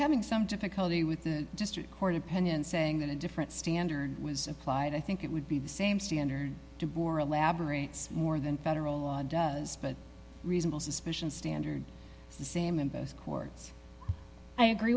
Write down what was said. having some difficulty with the district court opinion saying that a different standard was applied i think it would be the same standard to bore elaborates more than federal law does reasonable suspicion standard the same in both courts i agree